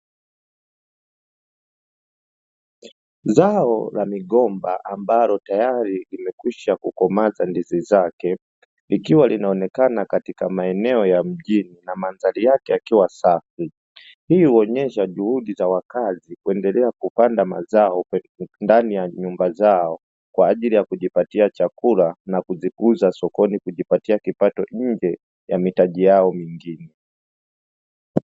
Zao la migomba ambalo tayari limekwisha kukomaza ndizi zake, likiwa linaonekana katika maeneo ya mjini na mandhari yake yakiwa safi, hii huonyesha juhudi za wakazi kuendelea kupanda mazao ndani ya nyumba zao kwa ajili ya kujipatia chakula na kukiuza sokoni kujipatia kipato nje ya mitaji yao mengine.